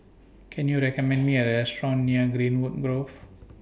Can YOU recommend Me A Restaurant near Greenwood Grove